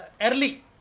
early